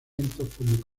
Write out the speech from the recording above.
envenenamiento